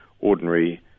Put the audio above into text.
ordinary